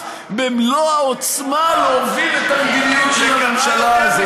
במלוא העצמה להוביל את המדיניות של הממשלה.